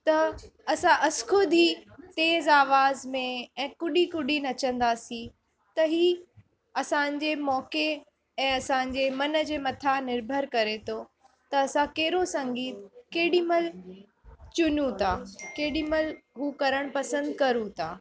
त असां अॼु ख़ुदि ई तेज़ु आवाज़ में ऐं कुॾी कुॾी नचंदासीं त ई असांजे मौक़े ऐं असांजे मन जे मथां निर्भर करे मथो त असां कहिड़ो संगीत केॾी महिल चुनियूं था केॾी महिल हू करनि पसंदि करूं था